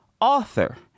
author